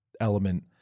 element